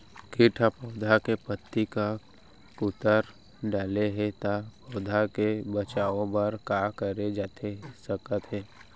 किट ह पौधा के पत्ती का कुतर डाले हे ता पौधा के बचाओ बर का करे जाथे सकत हे?